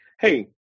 hey